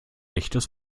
echtes